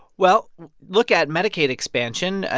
well look at medicaid expansion.